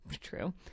True